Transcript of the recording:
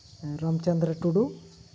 Ramchandra Tudu